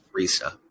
Risa